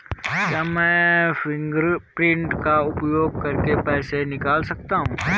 क्या मैं फ़िंगरप्रिंट का उपयोग करके पैसे निकाल सकता हूँ?